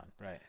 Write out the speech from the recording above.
Right